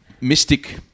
mystic